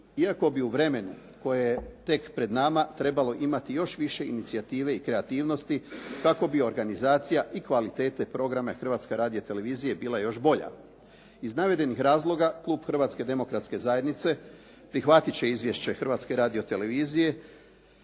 iako bi u vremenu koje je tek pred nama trebalo imati još više inicijative i kreativnosti kako bi organizacija i kvalitete programa Hrvatske radio-televizije bila još bolja. Iz navedenih razloga klub Hrvatske demokratske zajednice prihvatit će Izvješće Hrvatske radio-televizije